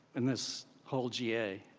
in this whole ga.